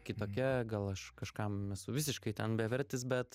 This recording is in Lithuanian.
kitokia gal aš kažkam esu visiškai bevertis bet